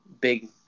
Big